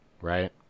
right